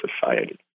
society